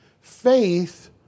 Faith